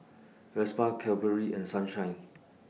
Vespa Cadbury and Sunshine